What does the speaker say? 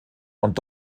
und